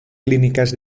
clínicas